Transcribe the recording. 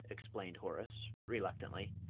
explained horace, reluctantly,